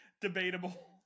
Debatable